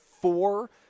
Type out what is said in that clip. four